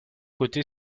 coté